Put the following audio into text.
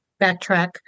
backtrack